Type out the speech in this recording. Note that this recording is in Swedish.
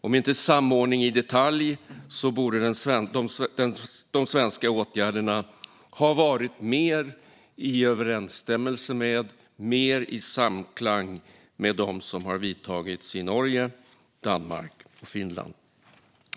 Om inte en samordning i detalj så borde de svenska åtgärderna ha varit mer i överensstämmelse och samklang med dem som har vidtagits i Norge, Danmark och Finland.